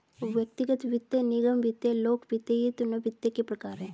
व्यक्तिगत वित्त, निगम वित्त, लोक वित्त ये तीनों वित्त के प्रकार हैं